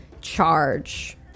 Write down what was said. charge